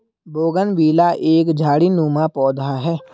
bougainvillea एक झाड़ीनुमा पौधा है